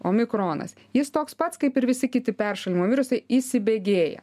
omikronas jis toks pats kaip ir visi kiti peršalimo virusai įsibėgėja